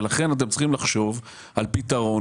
ולכן אתם צריכים לחשוב על פתרון,